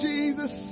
Jesus